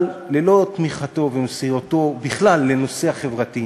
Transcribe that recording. אבל ללא תמיכתו ומסירותו בכלל לנושא החברתי,